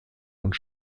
und